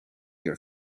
your